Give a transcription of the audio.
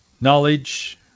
knowledge